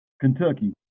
Kentucky